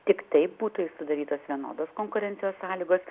tik taip būtų sudarytos vienodos konkurencijos sąlygos